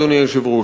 אדוני היושב-ראש,